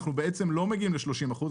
אנחנו בעצם לא מגיעים ל-30 אחוזים,